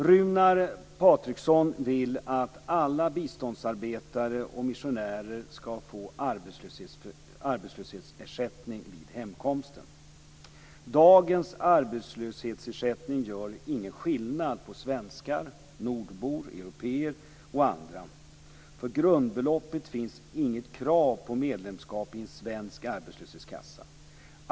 Runar Patriksson vill att alla biståndsarbetare och missionärer skall få arbetslöshetsersättning vid hemkomsten. Dagens arbetslöshetsersättning gör ingen skillnad på svenskar, nordbor, européer och andra. För grundbeloppet finns inget krav på medlemskap i svensk arbetslöshetskassa.